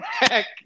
back